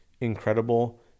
incredible